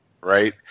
right